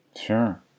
Sure